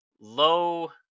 low